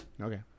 Okay